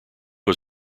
was